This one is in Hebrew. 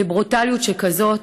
בברוטליות שכזאת